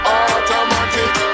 automatic